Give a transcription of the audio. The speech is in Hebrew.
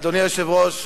אדוני היושב-ראש,